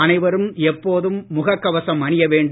அனைவரும் எப்போதும் முகக் கவசம் அணிய வேண்டும்